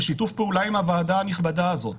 בשיתוף פעולה עם הוועדה הנכבדה הזאת.